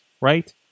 right